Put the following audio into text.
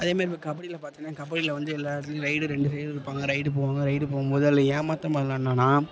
அதேமாரி இப்போ கபடியில் பார்த்தீன்னா கபடியில் வந்து எல்லாத்துலேயும் ரைடு ரெண்டு ரைடு இருப்பாங்க ரைடு போவாங்க ரைடு போகும்போது அதில் ஏமாத்தாமல் விளாட்னான்னா